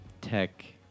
tech